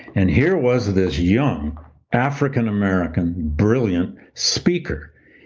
and here was this young african american brilliant speaker.